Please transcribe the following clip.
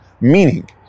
Meaning